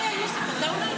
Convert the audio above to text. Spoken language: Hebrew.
זה לא יקרה.